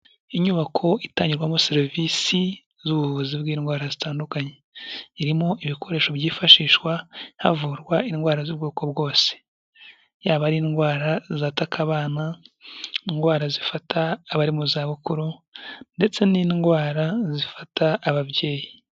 Inyubako itangirwamo serivisi z'ubuvuzi bw'indwara zitandukanye, irimo ibikoresho byifashishwa havurwa indwara z'ubwoko bwose, yaba ari indwara zataka abana, indwara zifata abari mu zabukuru ndetse n'indwara zifata ababyeyi.